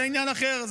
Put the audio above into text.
זה עניין אחר,